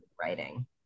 writing